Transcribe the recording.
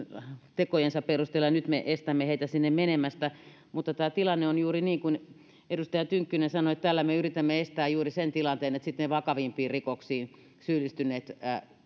tekojensa perusteella ja nyt me estämme heitä sinne menemästä mutta tämä tilanne on juuri niin kuin edustaja tynkkynen sanoi että tällä me yritämme estää juuri sen tilanteen kun ne vakavimpiin rikoksiin syyllistyneet